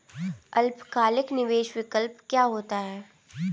अल्पकालिक निवेश विकल्प क्या होता है?